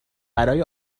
برای